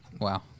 wow